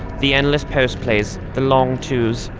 the endless post plays. the long twos.